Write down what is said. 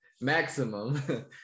maximum